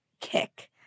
kick